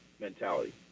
mentality